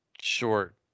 short